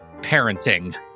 parenting